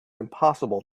impossible